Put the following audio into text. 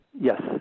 Yes